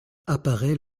apparait